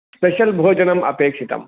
special भोजनम् अपेक्षितम्